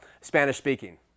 Spanish-speaking